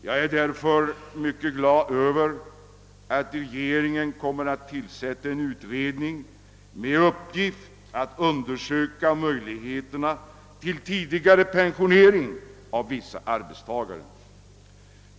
Jag är därför mycket glad över att regeringen kommer att tillsätta en utredning med uppgift att undersöka möjligheterna till tidigare pensionering av vissa arbetstagare.